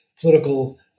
political